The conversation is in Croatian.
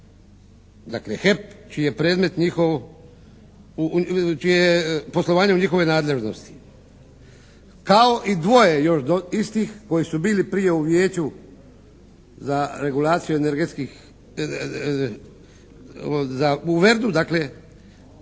njihovo, čije je poslovanje u njihovoj nadležnosti. Kao i dvoje još istih koji su bili prije u Vijeću za regulaciju energetskih, za, u